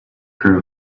crew